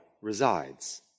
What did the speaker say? resides